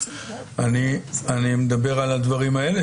אני מדבר על הדברים האלה,